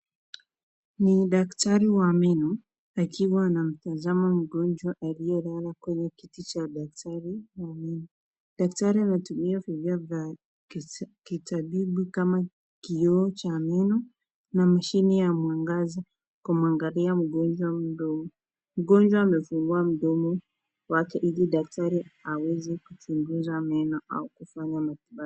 Ni daktari wa meno, akiwa anamtazama mgonjwa aliyelala kwenye kiti cha daktari wa meno. Daktari anatumia vifaa vya kitabibu kama kioo cha meno na masheni ya mwangaza ,kumwangalia mgonjwa mdomo .Mgonjwa amefungua mdomo wake ili daktari aweze kuchunguza meno au kufanya matibabu.